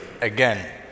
again